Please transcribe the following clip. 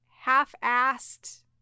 half-assed